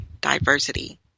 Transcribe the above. diversity